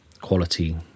quality